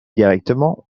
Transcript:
directement